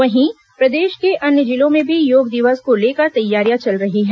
वहीं प्रदेश के अन्य जिलों में भी योग दिवस को लेकर तैयारियां चल रही हैं